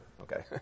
Okay